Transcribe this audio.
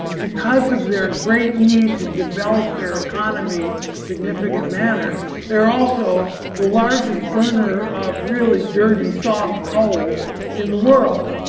because of their great need to develop their economy in a significant manner they're also the largest burner of really dirty soft coal in the world.